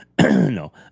No